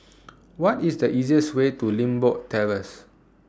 What IS The easiest Way to Limbok Terrace